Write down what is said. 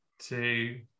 two